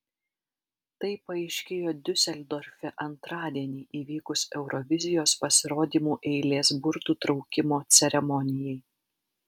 tai paaiškėjo diuseldorfe antradienį įvykus eurovizijos pasirodymų eilės burtų traukimo ceremonijai